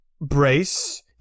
brace